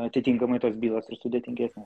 atitinkamai tos bylos ir sudėtingesnės